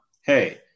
Hey